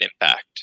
impact